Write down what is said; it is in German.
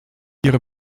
ihre